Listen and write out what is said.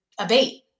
abate